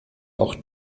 auch